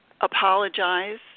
apologize